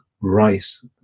rice